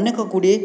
ଅନେକ ଗୁଡ଼ିଏ